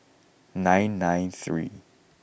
nine nine three